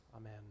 Amen